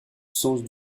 sens